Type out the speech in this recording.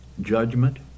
judgment